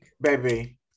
Baby